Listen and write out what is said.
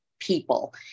People